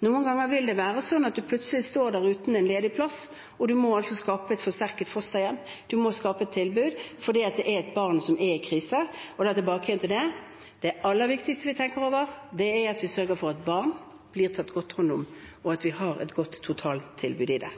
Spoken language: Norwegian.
noen ganger vil det være slik at en plutselig står der uten en ledig plass og må skaffe et forsterket fosterhjem, skaffe et tilbud, fordi det er et barn som er i krise. Og tilbake igjen til det: Det aller viktigste er at vi sørger for at barn blir tatt godt hånd om, og at vi har et godt totaltilbud for det.